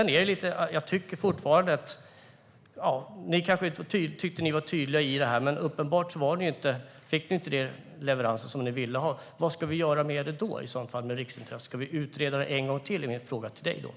Ni tyckte kanske att ni var tydliga i det här, men uppenbarligen fick ni inte de leveranser som ni ville ha. Vad ska vi i så fall göra med riksintresset? Ska vi utreda det en gång till? Det är min fråga till dig, Caroline.